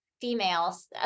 females